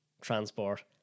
transport